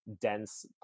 dense